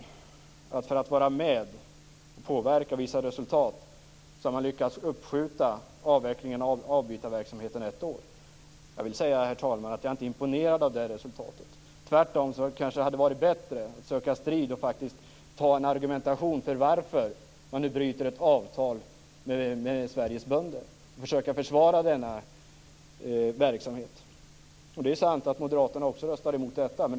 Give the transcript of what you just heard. Man har varit med och påverkat och visat resultat genom att lyckas skjuta upp avvecklingen av avbytarverksamheten ett år. Jag vill säga, herr talman, att jag inte är imponerad av det resultatet. Tvärtom hade det varit bättre att söka strid och argumentera om varför regeringen nu bryter ett avtal med Sveriges bönder. Det hade varit bättre om man hade försökt försvara denna verksamhet. Det är sant att också Moderaterna röstade emot avbytarverksamheten.